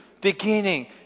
beginning